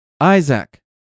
Isaac